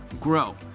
grow